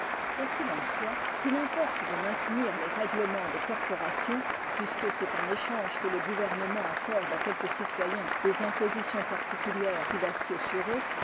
qu'il en soit s'il importe de maintenir les règlements des corporations puisque c'est un échange que le gouvernement accorde à quelques citoyens des impositions particulières qu'il assied sur eux